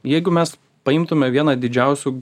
jeigu mes paimtume vieną didžiausių